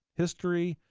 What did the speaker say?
history,